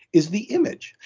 is the image.